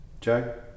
joe